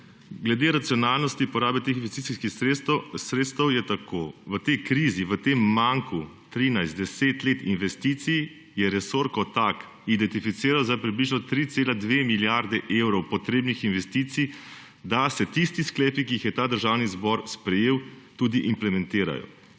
Glede racionalnosti porabe teh investicijskih sredstev je tako. V tej krizi v tem manku 13, 10 let investicij je resor kot tak identificiral za približno 3,2 milijarde evrov potrebnih investicij, da se tisti sklepi, ki jih je Državni zbor sprejel, tudi implementirajo.